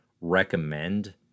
recommend